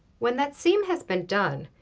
when that seam has been done,